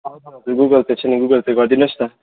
हजुर हजुर Google pay छ नि गुगल पे गरिदिनुहोस् न